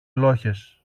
λόγχες